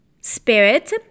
spirit